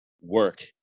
work